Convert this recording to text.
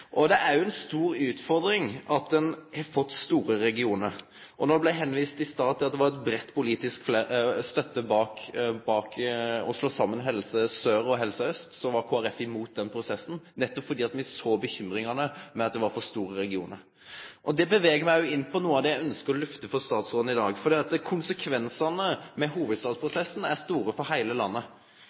Det er òg ei stor utfordring at ein har fått store regionar. Det blei vist til i stad at det var brei politisk støtte for å slå saman Helse Sør og Helse Øst. Men Kristeleg Folkeparti var imot den prosessen, nettopp fordi me såg bekymringa med for store regionar. Det fører meg inn på noko av det eg ønskjer å lufte for statsråden i dag: Konsekvensane med hovudstadsprosessen er store for heile landet.